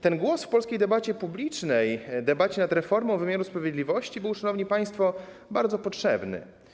Ten głos w polskiej debacie publicznej, debacie nad reformą wymiaru sprawiedliwości był, szanowni państwo, bardzo potrzebny.